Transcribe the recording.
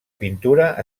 pintura